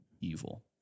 evil